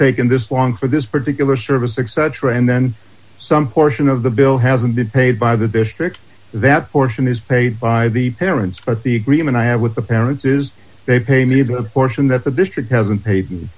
taken this long for this particular service etc and then some portion of the bill hasn't been paid by the district that fortune is paid by the parents but the agreement i have with the parents is they pay me the portion that the district hasn't paid